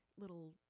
little